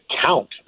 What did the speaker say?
count